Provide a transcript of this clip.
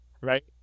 right